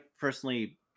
personally